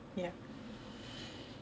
ya